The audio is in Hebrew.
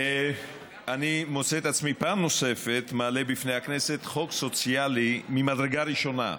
אני מוצא את עצמי פעם נוספת מעלה לפני הכנסת חוק סוציאלי ממדרגה ראשונה,